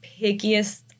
pickiest